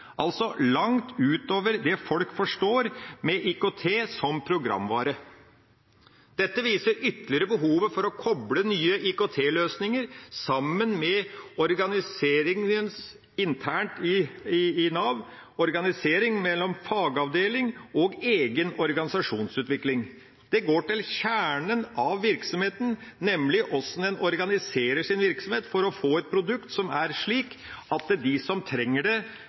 altså langt utover det folk forstår med IKT som programvare. Dette viser ytterligere behovet for å koble nye IKT-løsninger sammen med organisering internt i Nav, organisering mellom fagavdeling og egen organisasjonsutvikling. Det går til kjernen av virksomheten, nemlig hvordan en organiserer sin virksomhet for å få et produkt som er slik at de som trenger det,